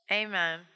amen